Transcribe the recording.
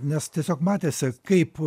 nes tiesiog matėsi kaip